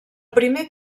primer